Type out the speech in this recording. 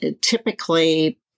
typically